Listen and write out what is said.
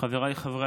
להגדיר טוב יותר